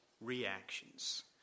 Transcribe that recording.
reactions